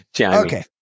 Okay